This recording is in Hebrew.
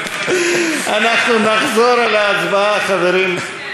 אנחנו נחזור על ההצבעה, חברים.